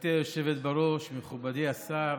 גברתי היושבת בראש, מכובדי השר,